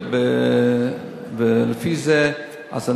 ולפי זה אנחנו